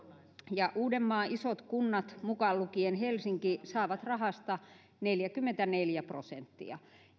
uudenmaan isot kunnat mukaan lukien helsinki saavat rahasta neljäkymmentäneljä prosenttia